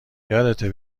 یادته